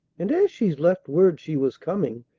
and, as she's left word she was coming,